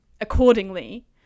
accordingly